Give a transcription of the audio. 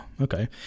okay